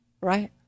Right